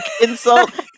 insult